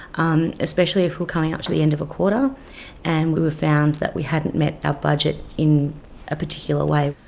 um especially if we're coming up to the end of a quarter and we found that we hadn't met our budget in a particular way.